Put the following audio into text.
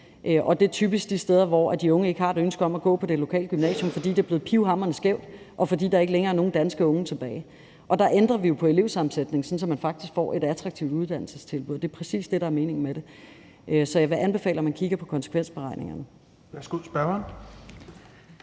det er typisk de steder, hvor de unge ikke har et ønske om at gå på det lokale gymnasium, fordi det er blevet pivhamrende skævt, og fordi der ikke længere er nogen danske unge tilbage. Der ændrer vi jo på elevsammensætningen, så man faktisk får et attraktivt uddannelsestilbud. Det er præcis det, der er meningen med det. Så jeg vil anbefale, at man kigger på konsekvensberegningerne.